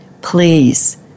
please